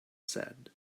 said